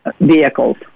vehicles